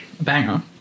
Banger